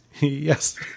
Yes